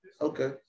Okay